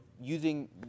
using